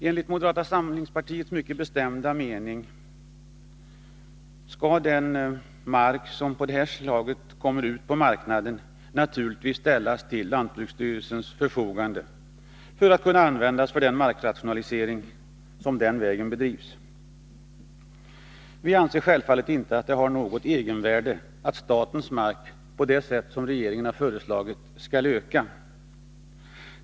Enligt moderata samlingspartiets mycket bestämda mening skall den mark av detta slag som kommer ut på marknaden naturligtvis ställas till lantbruksstyrelsens förfogande för att kunna användas för den markrationalisering som den vägen bedrivs. Vi anser självfallet inte att det har något egenvärde att statens marktillgångar på det sätt som regeringen har föreslagit skall öka.